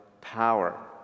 power